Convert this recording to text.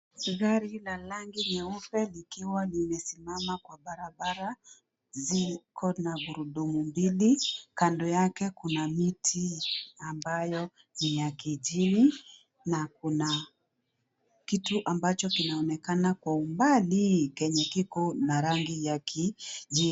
Gari la rangi nyeupe likiwa limesimama kwa barabara, ziko na gurudumu mbili. Kando yake kuna miti ambayo ni ya kichini na kuna kitu ambacho kinaonekana kwa umbalii kenye Kiko na rangi ya kiji..,